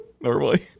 normally